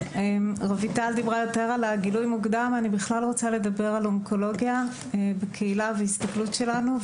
אני רוצה לדבר על אונקולוגיה בקהילה וההסתכלות שלנו.